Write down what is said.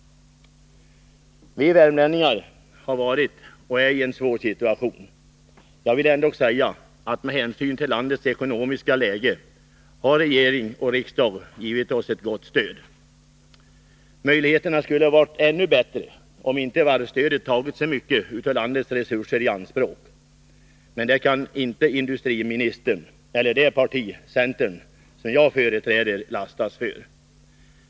Vi värmlänningar har varit och är i en svår situation. Jag vill ändå säga att regering och riksdag har givit oss ett med hänsyn till landets ekonomiska läge gott stöd. Möjligheterna skulle ha varit ännu bättre om inte varvsstödet tagit så mycket av landets resurser i anspråk. Men det kan inte industriministern och det parti — centern — som jag företräder lastas för.